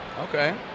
okay